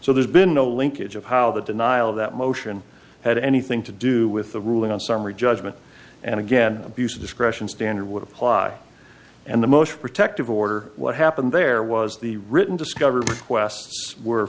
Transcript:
so there's been no linkage of how the denial of that motion had anything to do with the ruling on summary judgment and again abuse of discretion standard would apply and the most protective order what happened there was the written discovery requests were